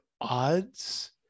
odds